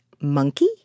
monkey